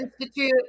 Institute